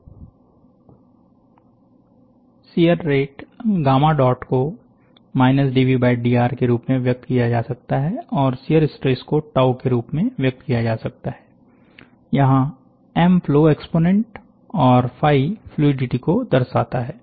shear rate gamma dot को dvdr के रूप में व्यक्त किया जा सकता है और शियर स्ट्रेस को टाऊ के रूप में व्यक्त किया जा सकता है यहां एम फ्लो एक्स्पोनेंट और फाइ फ्लूईडीटी को दर्शाता है